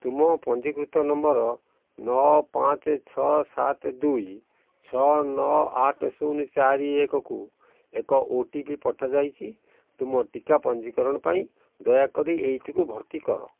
ତୁମ ପଞ୍ଜୀକୃତ ନମ୍ବର ନଅ ପାଞ୍ଚ ଛଅ ସାତ ଦୁଇ ଛଅ ନଅ ଆଠ ଶୂନ ଚାରିକୁ ଏକ ଓ ଟି ପି ପଠାଯାଇଛି ତୁମ ଟିକା ପଞ୍ଜୀକରଣ ପାଇଁ ଦୟାକରି ଏଇଟିକୁ ଭର୍ତ୍ତି କର